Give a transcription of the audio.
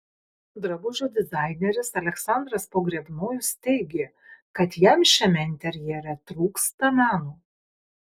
drabužių dizaineris aleksandras pogrebnojus teigė kad jam šiame interjere trūksta meno